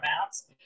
amounts